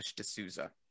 D'Souza